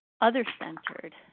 other-centered